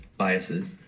Biases